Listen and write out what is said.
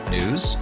news